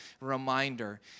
reminder